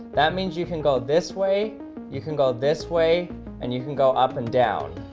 that means you can go this way you can go this way and you can go up and down.